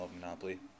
Monopoly